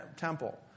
temple